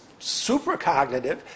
supercognitive